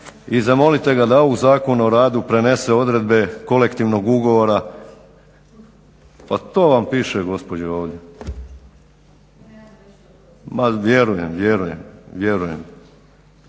i zamolite ga da ovaj Zakon o radu prenese odredbe kolektivnog ugovora, pa to vam piše gospođo ovdje, ma vjerujem, da prenese recimo